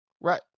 right